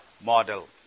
model